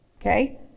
okay